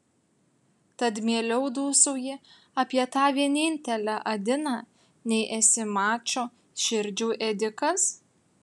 tad mieliau dūsauji apie tą vienintelę adiną nei esi mačo širdžių ėdikas